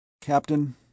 Captain